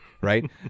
right